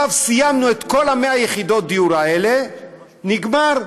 סיימנו את כל 100 יחידות הדיור האלה, נגמר.